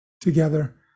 together